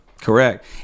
Correct